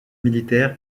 militaire